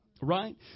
Right